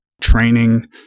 training